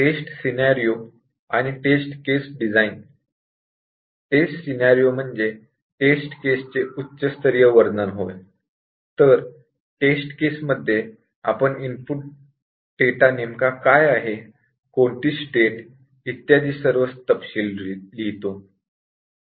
taste scenario आणि test case design test scenario म्हणजे test case चे उच्च स्तरीय वर्णन होय तर टेस्ट केसमध्ये आपण इनपुट डेटा नेमका काय आहे कोणती स्टेट इत्यादी सर्व तपशील लिहितो